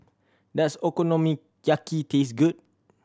does Okonomiyaki taste good